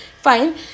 Fine